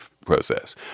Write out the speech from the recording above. process